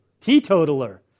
teetotaler